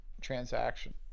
transaction